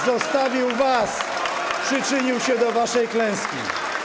Zostawił was, przyczynił się do waszej klęski.